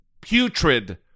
putrid